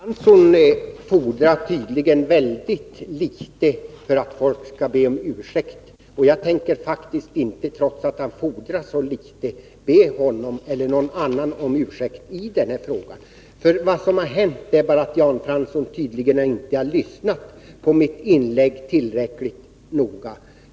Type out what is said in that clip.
Fru talman! Det fordras tydligen inte så mycket för att Jan Fransson skall ha en ursäkt. Men jag tänker trots detta inte be honom eller någon annan om ursäkt när det gäller denna fråga. Vad som har hänt är att Jan Fransson tydligen inte har lyssnat på mitt inlägg tillräckligt noga.